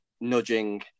nudging